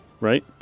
right